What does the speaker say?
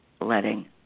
letting